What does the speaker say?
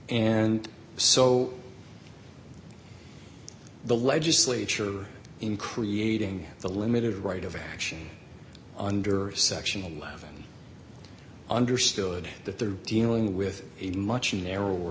and so the legislature in creating the limited right over action under section eleven understood that they're dealing with a much narrower